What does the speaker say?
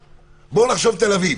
בואו נחשוב תל אביב.